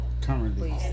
currently